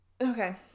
Okay